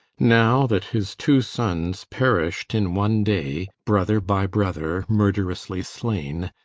now that his two sons perished in one day, brother by brother murderously slain,